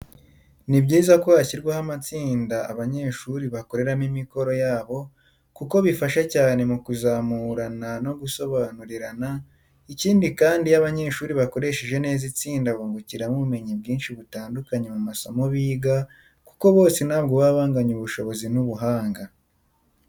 Ni byiza ko hashyirwaho amatsinda abanyeshuri bakoreramo imikoro yabo kuko bifasha cyane mu kuzamurana no gusobanurirana, ikindi kandi iyo abanyeshuri bakoresheje neza itsinda bungukiramo ubumenyi bwinshi butandukanye mu masomo biga kuko bose ntabwo baba banganya ubushobozi n'ubuhanga.